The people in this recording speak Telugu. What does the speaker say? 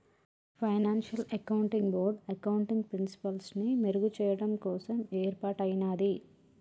ఫైనాన్షియల్ అకౌంటింగ్ బోర్డ్ అకౌంటింగ్ ప్రిన్సిపల్స్ని మెరుగుచెయ్యడం కోసం యేర్పాటయ్యినాది